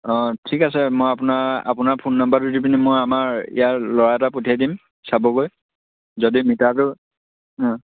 অঁ ঠিক আছে মই আপোনাৰ আপোনাৰ ফোন নাম্বাৰটো দি পিনি মই আমাৰ ইয়াৰ ল'ৰা এটা পঠিয়াই দিম চাবগৈ যদি মিটাৰটো